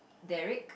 Derrick